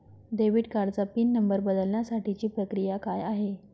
Debit कार्डचा pin number बदलण्यासाठीची प्रक्रिया काय आहे?